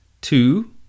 Two